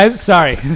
sorry